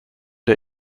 der